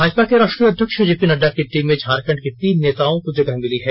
भाजपा के राष्ट्रीय अध्यक्ष जेपी नड़डा की टीम में झारखंड के तीन नेताओं को जगह मिली है